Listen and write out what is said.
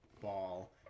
ball